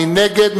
מי נגד?